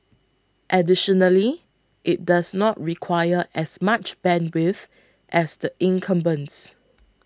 additionally it does not require as much bandwidth as the incumbents